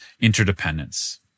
interdependence